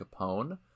Capone